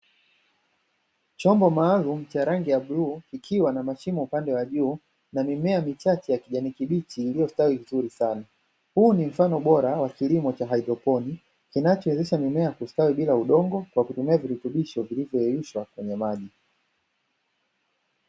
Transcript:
Chombo maalumu cha rangi ya bluu, kikiwa na mashimo upande wa juu, na mimea michache ya kijani. Huu ni mfano mzuri wa kilimo cha haidroponi, kinachowezesha mimea kukua bila udongo, kwa kutumia virutubisho vilivyoyeyushwa kwenye maji.